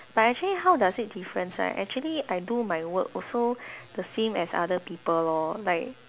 but actually how does it difference right actually I do my work also the same as other people lor like